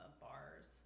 bars